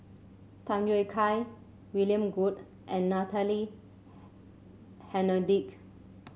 Tham Yui Kai William Goode and Natalie Hennedige